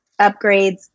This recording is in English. upgrades